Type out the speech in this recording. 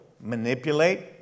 manipulate